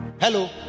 Hello